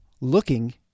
looking